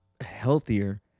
healthier